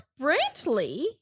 Brantley